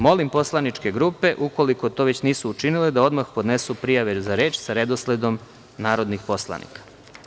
Molim poslaničke grupe, ukoliko to već nisu učinile da odmah podnesu prijave za reč, sa redosledom narodnih poslanika.